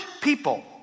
people